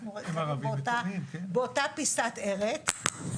אנחנו חיים באותה פיסת ארץ.